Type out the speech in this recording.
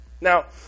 Now